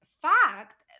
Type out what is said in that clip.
fact